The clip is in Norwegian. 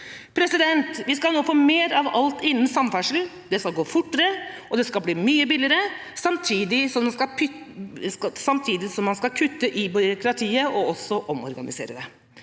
følges opp. Vi skal nå få mer av alt innen samferdsel, det skal gå fortere, og det skal bli mye billigere, samtidig som man skal kutte i byråkratiet og også omorganisere det.